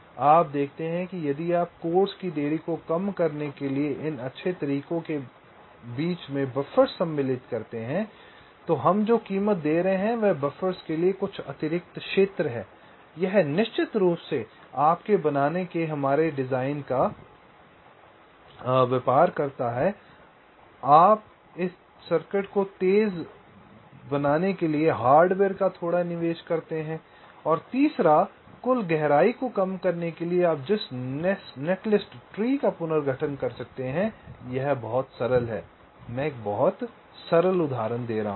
तो आप देखते हैं कि यदि आप कोर्स की देरी को कम करने के लिए इन अच्छे तरीकों के बीच में बफ़र्स सम्मिलित करते हैं तो हम जो कीमत दे रहे हैं वह बफ़र्स के लिए कुछ अतिरिक्त क्षेत्र है यह निश्चित रूप से आपके बनाने के हमारे डिजाइन का व्यापार करता है आप हैं इस सर्किट को तेज बनाने के लिए हार्डवेयर का थोड़ा निवेश करते हैं और तीसरा कुल गहराई को कम करने के लिए आप जिस नेटलिस्ट ट्री का पुनर्गठन कर सकते हैं यह बहुत सरल है मैं बहुत सरल उदाहरण दे रहा हूं